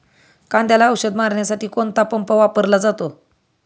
कांद्याला औषध मारण्यासाठी कोणता पंप वापरला जातो?